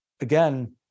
again